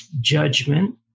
judgment